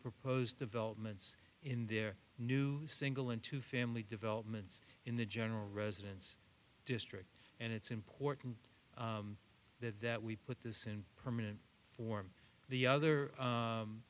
proposed developments in their new single into family developments in the general residence district and it's important that that we put this in permanent form the other